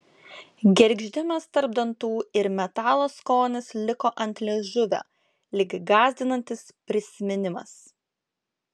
gergždimas tarp dantų ir metalo skonis liko ant liežuvio lyg gąsdinantis prisiminimas